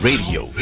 Radio